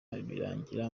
birangira